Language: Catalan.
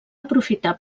aprofitar